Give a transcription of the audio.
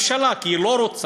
הממשלה, כי היא לא רוצה.